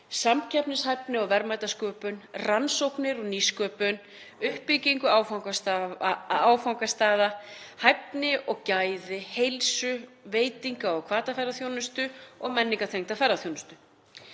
samkeppnishæfni og verðmætasköpun, rannsóknir og nýsköpun, uppbyggingu áfangastaða, hæfni og gæði, heilsu-, veitinga- og hvataferðaþjónustu og menningartengda ferðaþjónustu.